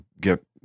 get